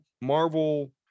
Marvel